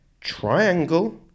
triangle